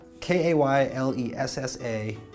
K-A-Y-L-E-S-S-A